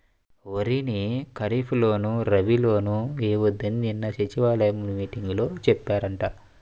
వరిని ఖరీప్ లోను, రబీ లోనూ ఎయ్యొద్దని నిన్న సచివాలయం మీటింగులో చెప్పారంట